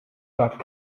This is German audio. war